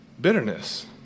bitterness